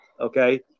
Okay